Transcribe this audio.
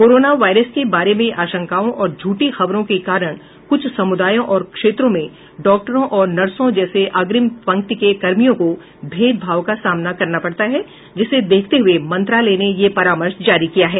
corona virus के बारे में आशंकाओं और झूठी खबरो के कारण कुछ समुदायों और क्षेत्रों में डॉक्टरों और नर्सों जैसे अग्रिम पंक्ति के कर्मियों को भेदभाव का सामना करना पड़ता है जिसे देखते हुए मंत्रालय ने यह परामर्श जारी किया है